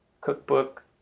cookbook